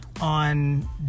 on